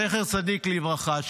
זכר צדיק לברכה,